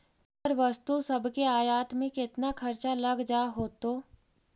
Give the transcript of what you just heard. तोहर वस्तु सब के आयात में केतना खर्चा लग जा होतो?